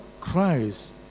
Christ